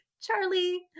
Charlie